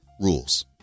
rules